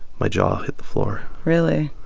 my jaw hit the floor really?